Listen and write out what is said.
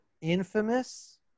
Infamous